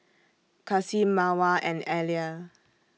Kasih Mawar and Alya